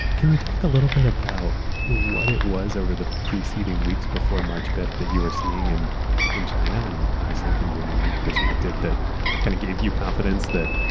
can you talk a little bit about what it was over the preceding weeks before march fifth that you were seeing and in china? and obviously through your unique perspective that kind of gave you confidence that,